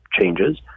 changes